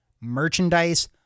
merchandise